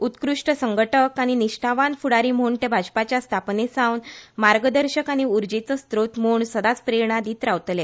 उत्कृष्ट संघटक आनी निश्ठावान फूडारी म्हण ते भाजपाच्या स्थापने सावन मार्गदर्शक आनी उरजेचो स्त्रोत म्हण सदांच प्रेरणा दीत रावतले